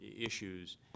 issues